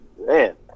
Man